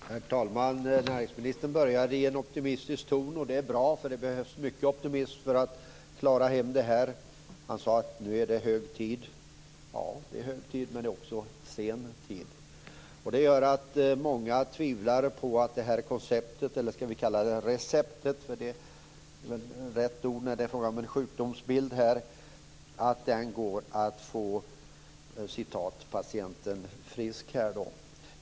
Herr talman! Näringsministern började i en optimistisk ton. Det är bra, för det behövs mycket optimism för att klara hem detta. Han sade: Nu är det hög tid. Ja, det är hög tid, men det är också sen tid. Det gör att många tvivlar på att det här konceptet - eller ska vi kalla det receptet, för det är väl rätt ord när det är fråga om en sjukdomsbild - kan få patienten frisk.